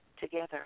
together